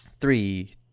Three